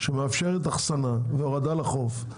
שמאפשרת אחסנה והורדה לחוף,